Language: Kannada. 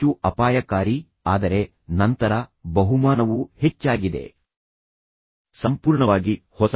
ಹೆಚ್ಚು ಅಪಾಯಕಾರಿ ಆದರೆ ನಂತರ ಬಹುಮಾನವೂ ಹೆಚ್ಚಾಗಿದೆ ಆದ್ದರಿಂದ ನೀವು ಹಿಂದೆಂದೂ ನೋಡಿರದ ವಿಷಯಗಳನ್ನು ನೀವು ನೋಡಲಿದ್ದೀರಿ